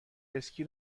اسکی